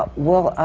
ah well,